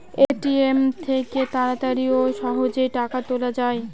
ATM থেকে তাড়াতাড়ি ও সহজেই টাকা তোলা যায়